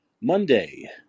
Monday